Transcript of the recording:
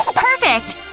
perfect.